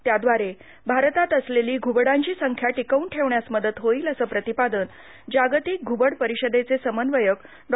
त्याद्वारे भारतात असलेली घुबडांची संख्या टिकवून ठेवण्यास मदत होईल असं प्रतिपादन जागतिक घुबड परिषदेचे समन्वयक डॉ